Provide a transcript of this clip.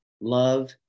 love